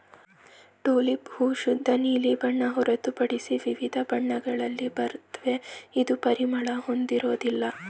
tulip ಹೂ ಶುದ್ಧ ನೀಲಿ ಬಣ್ಣ ಹೊರತುಪಡಿಸಿ ವಿವಿಧ ಬಣ್ಣಗಳಲ್ಲಿ ಬರುತ್ವೆ ಇದು ಪರಿಮಳ ಹೊಂದಿರೋದಿಲ್ಲ